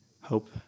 hope